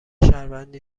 شهروندی